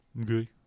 okay